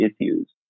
issues